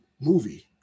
movie